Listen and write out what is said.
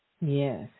Yes